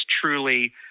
truly